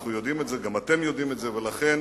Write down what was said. אנחנו יודעים את זה, גם אתם יודעים את זה, ולכן